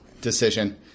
decision